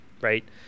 Right